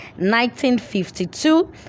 1952